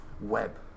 web